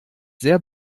sehr